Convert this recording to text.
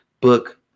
book